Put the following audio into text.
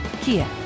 Kia